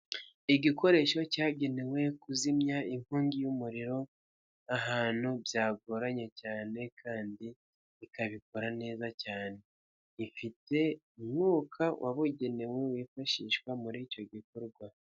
Igikoresho cyagenewe kuzimya inkongi y'umuriro ahantu byagoranye cyane kandi ikabikora neza cyane, ifite umwuka wabugenewe wifashishwa muri icyo gikorwa.